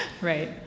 Right